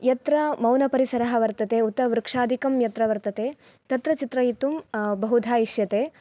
यत्र मौनपरिसरः वर्तते उत वृक्षादिकं यत्र वर्तते तत्र चित्रयितुं बहुधा इष्यते